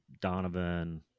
Donovan